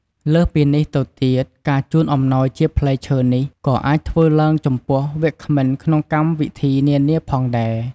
លើសពីនេះទៅទៀត ការជូនអំណោយជាផ្លែឈើនេះក៏អាចធ្វើឡើងចំពោះ វាគ្មិនក្នុងកម្មវិធីនានាផងដែរ។